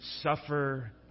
suffer